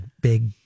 big